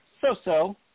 So-so